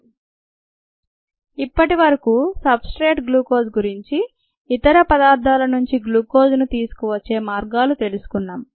slide సమయాన్ని పరిశీలించండి 2137 ఇప్పటి వరకు సబ్ స్ట్రేట్ గ్లూకోజ్ గురించి ఇతర పదార్థాల నుంచి గ్లూకోజ్ ను తీసుకువచ్చే మార్గాలు తెలుసుకున్నాం